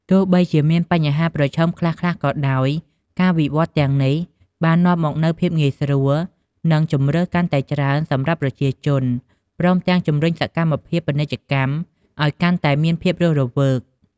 ទោះបីជាមានបញ្ហាប្រឈមខ្លះៗក៏ដោយ ការវិវត្តន៍ទាំងនេះបាននាំមកនូវភាពងាយស្រួល និងជម្រើសកាន់តែច្រើនសម្រាប់ប្រជាជន ព្រមទាំងជំរុញសកម្មភាពពាណិជ្ជកម្មឲ្យកាន់តែមានភាពរស់រវើក។